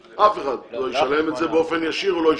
אף אחד לא ישלם את זה, באופן ישיר הוא לא ישלם.